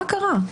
מה קרה?